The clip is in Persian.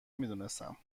میدونستم